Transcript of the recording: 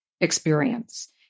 experience